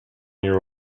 year